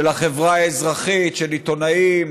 של החברה האזרחית, של עיתונאים,